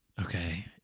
Okay